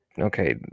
Okay